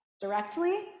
directly